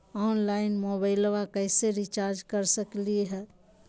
Online मोबाइलबा कैसे recharge कर सकलिए है?